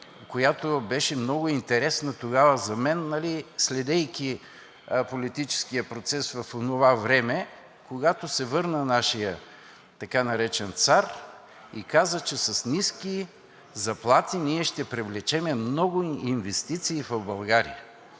която беше много интересна тогава за мен, следейки политическия процес в онова време, когато се върна нашият така наречен цар и каза, че с ниски заплати ние ще привлечем много инвестиции в България.